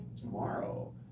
Tomorrow